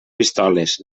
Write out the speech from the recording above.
pistoles